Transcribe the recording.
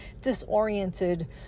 disoriented